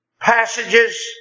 passages